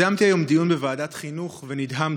יזמתי היום דיון בוועדת חינוך ונדהמתי: